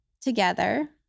together